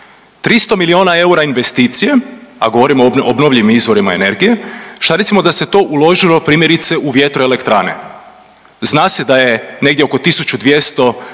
300 milijuna eura investicije, a govorimo o obnovljivim izvorima energije. Šta recimo da se to uložilo primjerice u vjetroelektrane? Zna se da je negdje oko 1200